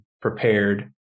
prepared